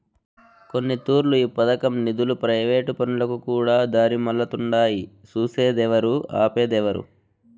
కొన్నితూర్లు ఈ పదకం నిదులు ప్రైవేటు పనులకుకూడా దారిమల్లతుండాయి సూసేదేవరు, ఆపేదేవరు